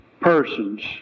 persons